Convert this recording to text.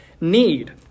need